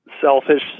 selfish